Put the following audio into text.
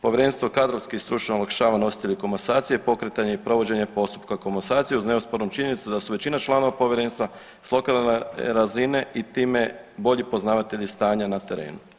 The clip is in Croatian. Povjerenstvo kadrovski i stručno olakšava nositelju komasacije pokretanje i provođenje postupka komasacije uz neospornu činjenicu da su većina članova povjerenstva s lokalne razine i time bolji poznavatelji stanja na terenu.